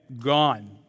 gone